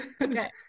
Okay